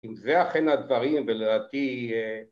‫אם זה אכן הדברים, ולדעתי...